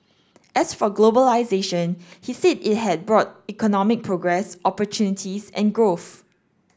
as for globalisation he said it had brought economic progress opportunities and growth